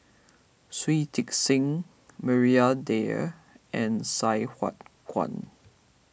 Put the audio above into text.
Shui Tit Sing Maria Dyer and Sai Hua Kuan